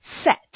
set